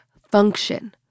function